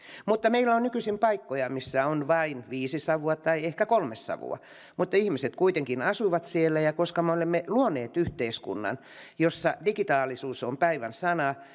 meillä on on nykyisin paikkoja missä on vain viisi savua tai ehkä kolme savua mutta ihmiset kuitenkin asuvat siellä ja koska me olemme luoneet yhteiskunnan jossa digitaalisuus on päivän sana